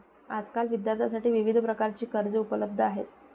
आजकाल विद्यार्थ्यांसाठी विविध प्रकारची कर्जे उपलब्ध आहेत